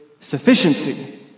sufficiency